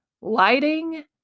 lighting